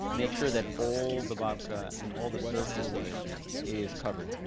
make sure that all the babka and all the surface of it is covered,